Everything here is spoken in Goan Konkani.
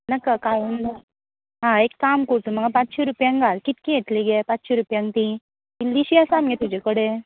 नाका काळूंदरां हां नाका एक काम कर तूं म्हाका पांचशीं रुपयांक घाल कितकी येतलीं गे पांचशीं रुपयांक तीं इल्लीशीं आसा मगे तुजे कडेन